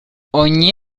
ogni